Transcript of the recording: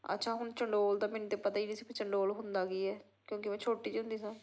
ਅੱਛਾ ਹੁਣ ਚੰਡੋਲ ਦਾ ਮੈਨੂੰ ਤਾਂ ਪਤਾ ਹੀ ਨਹੀਂ ਸੀ ਚੰਡੋਲ ਹੁੰਦਾ ਕੀ ਹੈ ਕਿਉਂਕਿ ਮੈਂ ਛੋਟੀ ਜਿਹੀ ਹੁੰਦੀ ਸਾਂ